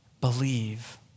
believe